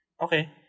okay